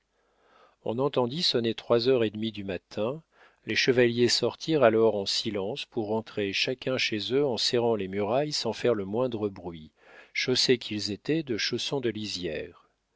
on entendit sonner trois heures et demie du matin les chevaliers sortirent alors en silence pour rentrer chacun chez eux en serrant les murailles sans faire le moindre bruit chaussés qu'ils étaient de chaussons de lisières